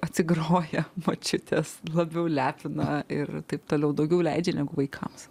atsigroja močiutės labiau lepina ir taip toliau daugiau leidžia negu vaikams